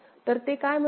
तर ते काय म्हणते